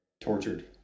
tortured